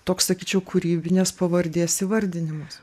toks sakyčiau kūrybinės pavardės įvardinimas